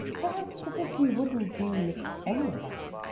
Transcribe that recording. perhaps the fifty wouldn't be any of us,